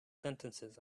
sentences